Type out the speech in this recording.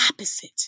opposite